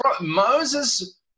Moses